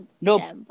No